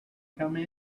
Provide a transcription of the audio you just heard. come